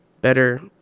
better